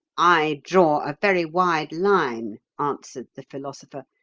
i draw a very wide line, answered the philosopher,